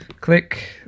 Click